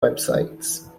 websites